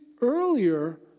earlier